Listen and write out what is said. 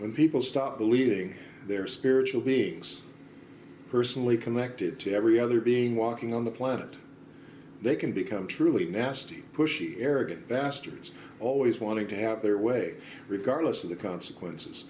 when people stop believing their spiritual beings personally connected to every other being walking on the planet they can become truly nasty pushy arrogant bastards always wanting to have their way regardless of the consequences